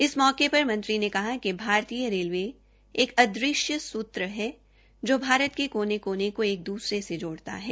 इस मौके पर मंत्री ने कहा कि भारतीय रेलवे एक पोर्टल सूत्र है जो भारत के कोने कोने को एक द्रसरे से जोड़ता है